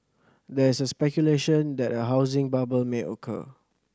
there is a speculation that a housing bubble may occur